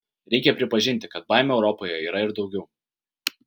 reikia pripažinti kad baimių europoje yra ir daugiau